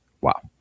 wow